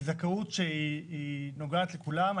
שנוגעת לכולם.